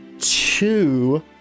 two